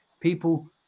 people